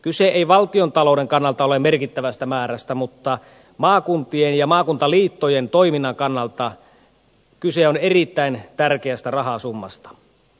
kyse ei valtiontalouden kannalta ole merkittävästä määrästä mutta maakuntien ja maakuntaliittojen toiminnan kannalta kyse on erittäin tärkeästä rahasummasta